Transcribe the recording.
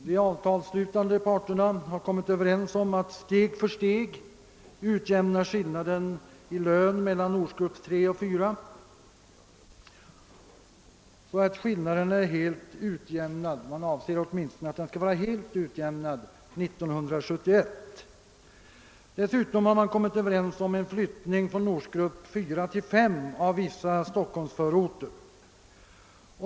De avtalsslutande parterna har kommit överens om att steg för steg utjämna skillnaden i lön mellan ortsgrupperna 3 och 4, och man avser att skillnaden skall vara helt utjämnad 1971. Dessutom har man enats om en flyttning från ortsgrupp 4 till ortsgrupp 3 av vissa Stockholmsförorter.